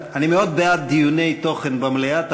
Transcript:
אני מאוד בעד דיוני תוכן במליאה,